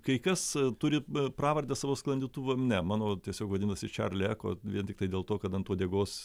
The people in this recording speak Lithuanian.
kai kas turi pravardę savo sklandytuvam ne mano tiesiog vadinasi čerli eko vien tiktai dėl to kad ant uodegos